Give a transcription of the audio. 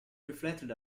reflected